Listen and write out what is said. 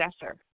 successor